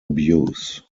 abuse